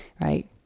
right